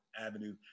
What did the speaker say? Avenue